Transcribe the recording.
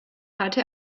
hatte